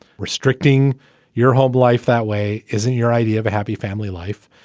restricting your whole life that way isn't your idea of a happy family life.